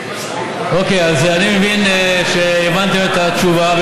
אוקיי, אני מבין שהבנתם את התשובה.